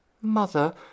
mother